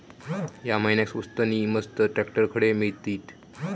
या महिन्याक स्वस्त नी मस्त ट्रॅक्टर खडे मिळतीत?